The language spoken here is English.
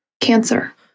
Cancer